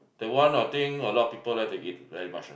the one I think a lot of people like to eat very much ah